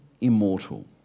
immortal